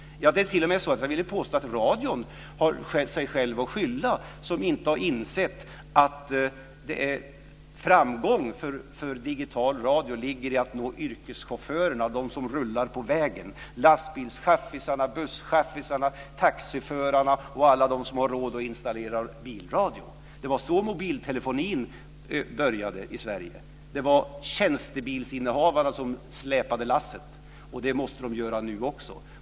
Man vill t.o.m. påstå att radion har sig sjäv att skylla som inte har insett att framgång för digital radio ligger i att nå yrkesförarna ute på vägarna: lastbilschaufförerna, busschaufförerna, taxiförarna och alla dem som har råd att installera bilradio. Det var så mobiltelefonin började i Sverige. Det var tjänstebilsinnehavarna som drog lasset, och det måste de göra också nu.